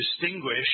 distinguish